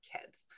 kids